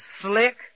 slick